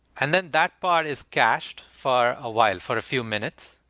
and then that part is cached for a while, for a few minutes,